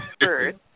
first